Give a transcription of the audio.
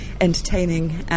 entertaining